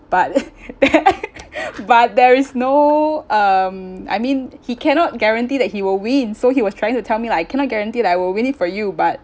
but but there is no um I mean he cannot guarantee that he will win so he was trying to tell me like I cannot guarantee that I will win it for you but